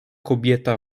kobieta